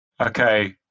Okay